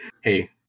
hey